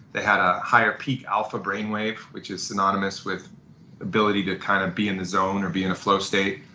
they had a higher peak alpha brain wave which is synonymous with ability to kind of be in the zone or be in the flow state,